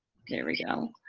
there we go.